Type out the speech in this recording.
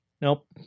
Nope